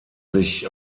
sich